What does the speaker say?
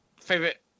Favorite